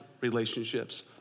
relationships